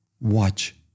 Watch